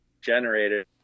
generated